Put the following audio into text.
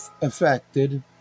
affected